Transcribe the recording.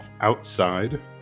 Outside